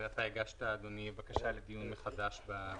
כי אתה, אדוני, הגשת בקשה לדיון מחדש בסעיף.